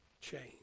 change